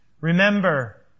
Remember